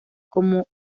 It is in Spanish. como